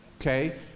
okay